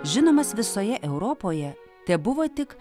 žinomas visoje europoje tebuvo tik